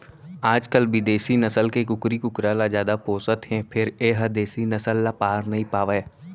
आजकाल बिदेसी नसल के कुकरी कुकरा ल जादा पोसत हें फेर ए ह देसी नसल ल पार नइ पावय